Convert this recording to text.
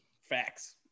Facts